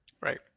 Right